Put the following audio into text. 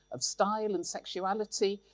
of style and sexuality,